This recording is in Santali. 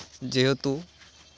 ᱡᱮᱦᱮᱛᱩ